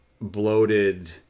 bloated